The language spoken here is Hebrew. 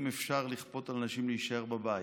אם אפשר לכפות על אנשים להישאר בבית,